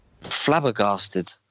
flabbergasted